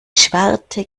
schwarte